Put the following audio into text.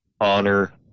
honor